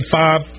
five